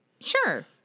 Sure